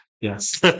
Yes